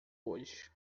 hoje